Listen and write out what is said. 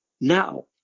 Now